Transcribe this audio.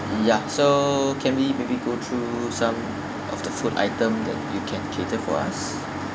ya so can we maybe go through some of the food item that you can cater for us